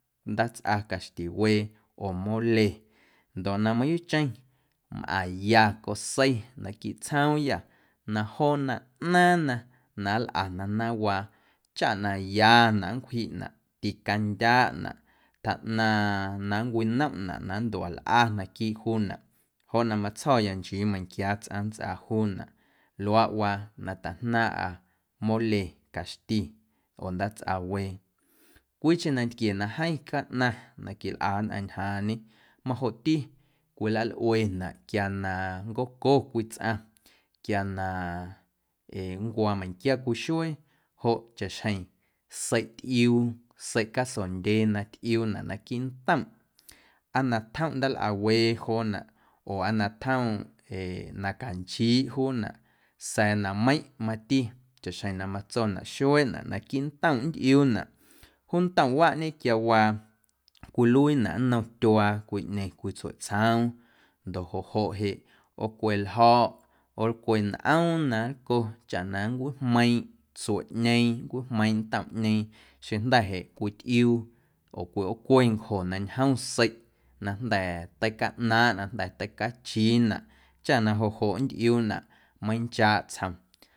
Ndaatsꞌa caxtiwee oo mole ndoꞌ na mayuuꞌcheⁿ mꞌaⁿya cosei naquiiꞌ tsjooyâ na joona ꞌnaaⁿna na nlꞌana naawaa chaꞌ na ya nncwjeiꞌnaꞌ, ticandyaꞌnaꞌ tjaꞌnaⁿ na nncwinomꞌnaꞌ na nndua lꞌa naquiiꞌ juunaꞌ joꞌ na matsjo̱ya nchii meiⁿnquia tsꞌaⁿ na nntsꞌaa juunaꞌ luaawaa na taꞌjnaaⁿꞌâ mole caxti oo ndaatsꞌawee. Cwiicheⁿ nanquie na jeeⁿ caꞌnaⁿ na quilꞌa nnꞌaⁿ njaaⁿñe majoꞌti quilalꞌuenaꞌ quia na nncoco cwii tsꞌaⁿ, quia na ee nncuaa meiⁿnquia cwii xuee joꞌ chaꞌxjeⁿ seiꞌtꞌiuu seiꞌ casondyee na tꞌiuunaꞌ naquiiꞌ ntomꞌ aa na tjomꞌ ndaalꞌawee joonaꞌ oo na tjomꞌ na canchiiꞌ juunaꞌ sa̱a̱ naⁿꞌmeiⁿꞌ mati chaꞌxjeⁿ na matsonaꞌ xueeꞌnaꞌ naquiiꞌ ntomꞌ nntꞌiuunaꞌ juu ntomꞌwaꞌñe quiawaa cwiluiinaꞌ nnom tyuaa cwiꞌñeⁿ cwii tsueꞌtsjoom ndoꞌ joꞌ joꞌ ꞌoocwe ljo̱ꞌ ꞌoolcwe nꞌoom na nlco chaꞌ na nncwijmeiiⁿꞌ tsueꞌñeeⁿ, nncwijmeiiⁿꞌ ntomꞌñeeⁿ xeⁿjnda̱ jeꞌ cwitꞌiuu oo cwiꞌoocwe ncjo na ñjom seiꞌ na jnda̱ teicaꞌnaaⁿꞌ, na jnda̱ tacachiinaꞌ chaꞌ na joꞌ joꞌ nntꞌiuunaꞌ meiⁿnchaaꞌ tsjom.